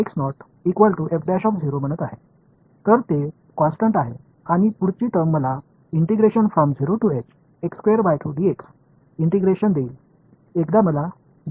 तर हे कॉन्स्टन्ट आहे आणि पुढची टर्म मला इंटिग्रेशन देईल एकदा मला दिली जाईल